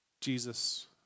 Jesus